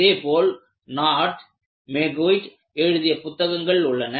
அதேபோல் நாட் மேகுய்ட் எழுதிய புத்தகங்கள் உள்ளன